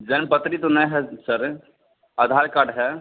जन्म पत्री तो नए है सर आधार कार्ड है